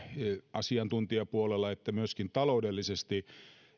asiantuntijapuolella että myöskin taloudellisesti